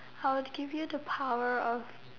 I would give you the power of